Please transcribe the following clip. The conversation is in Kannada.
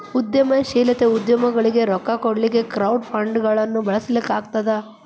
ಉದ್ಯಮಶೇಲತೆ ಉದ್ಯಮಗೊಳಿಗೆ ರೊಕ್ಕಾ ಕೊಡ್ಲಿಕ್ಕೆ ಕ್ರೌಡ್ ಫಂಡ್ಗಳನ್ನ ಬಳಸ್ಲಾಗ್ತದ